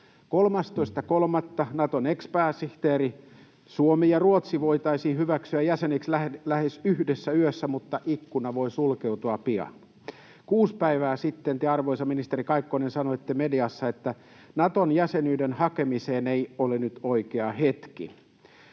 13.3. Naton ex-pääsihteeri: ”Suomi ja Ruotsi voitaisiin hyväksyä jäseniksi lähes yhdessä yössä, mutta ikkuna voi sulkeutua pian.” Kuusi päivää sitten te, arvoisa ministeri Kaikkonen, sanoitte mediassa: ”Naton jäsenyyden hakemiseen ei nyt ole oikea hetki.”